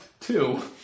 two